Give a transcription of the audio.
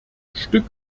stück